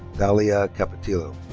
thalia capetillo.